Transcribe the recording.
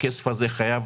הכסף הזה חייב